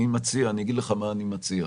אני אגיד לך מה אני מציע.